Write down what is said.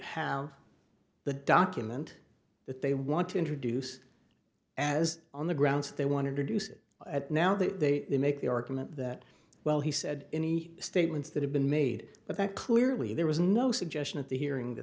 have the document that they want to introduce as on the grounds they wanted to do sit at now they make the argument that well he said any statements that have been made but that clearly there was no suggestion at the hearing